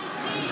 אמיתי,